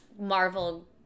marvel